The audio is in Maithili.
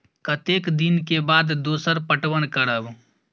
कतेक दिन के बाद दोसर पटवन करब?